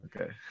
Okay